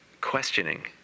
questioning